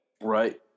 right